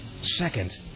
Second